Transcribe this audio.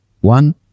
one